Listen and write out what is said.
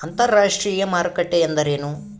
ಅಂತರಾಷ್ಟ್ರೇಯ ಮಾರುಕಟ್ಟೆ ಎಂದರೇನು?